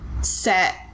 set